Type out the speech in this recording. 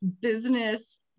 business